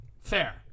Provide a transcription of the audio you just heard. Fair